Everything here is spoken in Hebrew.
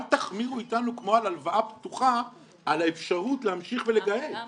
אל תחמירו אתנו כמו על הלוואה פתוחה על האפשרות להמשיך ולגהץ.